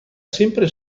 sempre